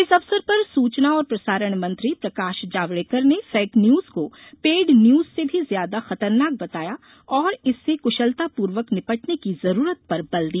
इस अवसर पर सूचना और प्रसारण मंत्री प्रकाश जावड़ेकर ने फेक न्यूज को पेड न्यूज़ से भी ज्यादा खतरनाक बताया और इससे कुशलतापूर्वक निपटने की जरूरत पर बल दिया